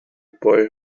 boy